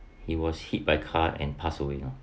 he was hit by car and passed away you know